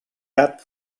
gat